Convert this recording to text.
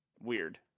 Weird